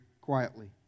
quietly